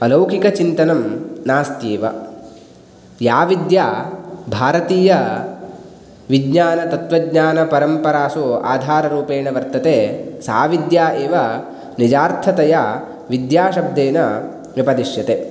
अलौकिकचिन्तनं नास्त्येव या विद्या भारतीय विज्ञानतत्वज्ञानपरम्परासु आधाररूपेण वर्तते सा विद्या एव निजार्थतया विद्याशब्देन व्यपदिश्यते